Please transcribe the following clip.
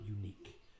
unique